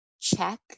check